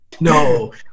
No